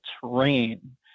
terrain